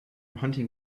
hunting